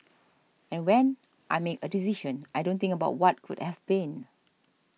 and when I make a decision I don't think about what could have been